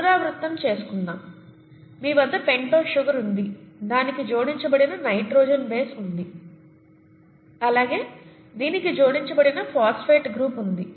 పునరావృతం చేసుకుందాం మీ వద్ద పెంటోస్ షుగర్ ఉంది దానికి జోడించబడిన నైట్రోజన్ బేస్ ఉంది అలాగే దీనికి జోడించబడిన ఫాస్ఫేట్ గ్రూప్ ఉంది